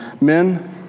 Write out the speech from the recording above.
Men